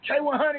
K100